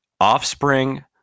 offspring